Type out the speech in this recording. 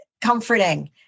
comforting